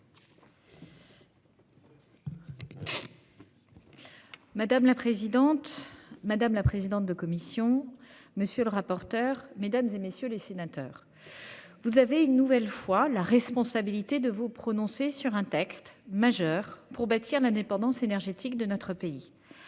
Madame la présidente, madame la présidente de commission. Monsieur le rapporteur, mesdames et messieurs les sénateurs. Vous avez une nouvelle fois la responsabilité de vous prononcer sur un texte majeur pour bâtir l'indépendance énergétique de notre pays.